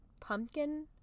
pumpkin